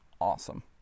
awesome